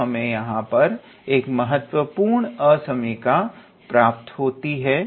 दो हमें यहां पर एक महत्वपूर्ण असमीका प्राप्त होती है